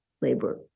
labor